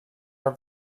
are